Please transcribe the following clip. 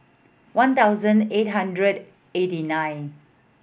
one thousand eight hundred eighty nine